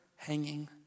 Hanging